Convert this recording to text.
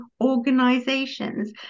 organizations